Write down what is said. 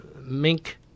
mink